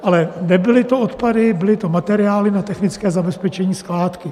Ale nebyly to odpady, byly to materiály na technické zabezpečení skládky.